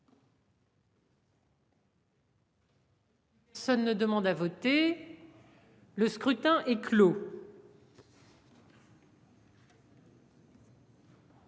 ouvert. Ça ne demande à voter. Le scrutin est clos.